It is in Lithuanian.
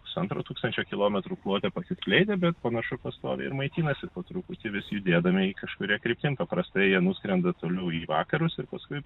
pusantro tūkstančio kilometrų plote pasiskleidę bet panašu pastoviai ir maitinasi po truputį vis judėdami kažkuria kryptim paprastai jie nuskrenda toliau į vakarus ir paskui